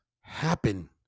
happen